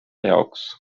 jaoks